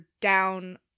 down